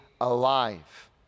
alive